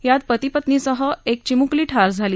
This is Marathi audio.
यात पती पत्नीसह एक चिमुकली ठार झाली